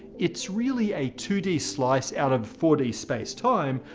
it's really a two d slice out of four d spacetime,